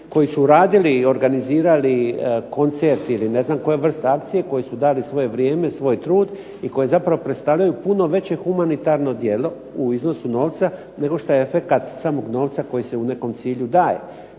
koji su uradili i organizirani koncert ili ne znam koje vrst akcije, koji su dali svoje vrijeme, svoj trud, i koji zapravo predstavljaju puno veće humanitarno djelo u iznosu novca nego šta je efekat samog novca koji se u nekom cilju daje.